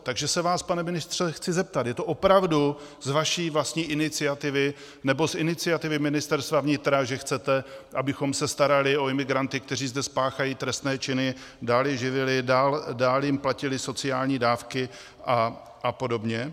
Takže se vás, pane ministře, chci zeptat: Je to opravdu z vaší vlastní iniciativy, nebo z iniciativy Ministerstva vnitra, že chcete, abychom se starali o imigranty, kteří zde spáchají trestné činy, dál je živili, dál jim platili sociální dávky a podobně?